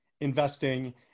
investing